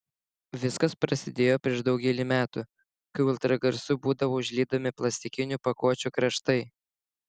viskas prasidėjo prieš daugelį metų kai ultragarsu būdavo užlydomi plastikinių pakuočių kraštai